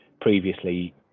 previously